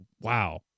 Wow